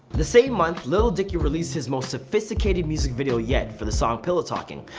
the same month lil dicky released his most sophisticated music video yet for the song pillow talking,